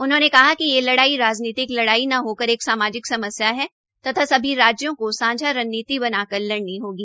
उन्होंने कहा कि यह लड़ाई राजनीतिक लड़ाई न होकर एक सामाजिक समस्या है तथा सभी राज्यों को सांझा रणनीति बनाकर लडऩी होगी